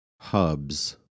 hubs